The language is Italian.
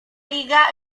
liga